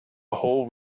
whole